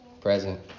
present